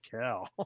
cow